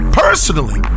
personally